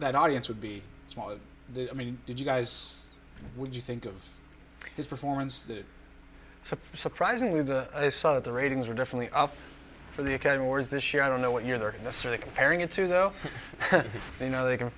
that audience would be smaller i mean did you guys would you think of his performance so surprisingly the i saw the ratings are definitely up for the academy awards this year i don't know what you're there in the survey comparing it to though you know they can